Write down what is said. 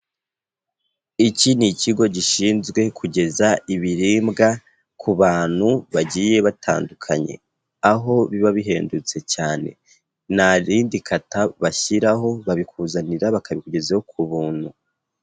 Iki ni ikigo gishinzwe kugeza ibiribwa ku bantu bagiye batandukanye, aho biba bihendutse cyane. Nta rindi kata bashyiraho, babikuzanira bakabikugezaho ku buntu.